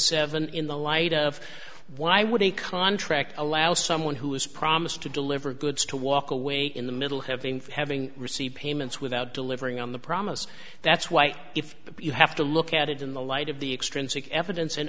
seven in the light of why would a contract allow someone who was promised to deliver goods to walk away in the middle having having received payments without delivering on the promise that's why if you have to look at it in the light of the extrinsic evidence and